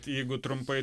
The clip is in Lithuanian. jeigu trumpai